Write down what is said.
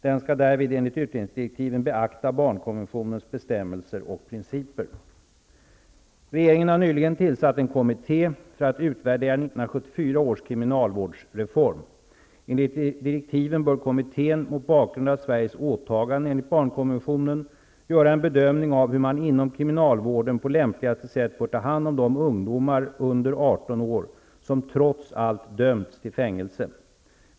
Den skall därvid enligt utredningsdirektiven beakta barnkonventionens bestämmelser och principer. - Regeringen har nyligen tillsatt en kommitté för att utvärdera 1974 års kriminalvårdsreform. Enligt direktiven bör kommittén mot bakgrund av Sveriges åtaganden enligt barnkonventionen göra en bedömning av hur man inom kriminalvården på lämpligaste sätt bör ta om hand de ungdomar under 18 år som trots allt dömts till fängelse.